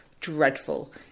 dreadful